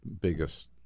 biggest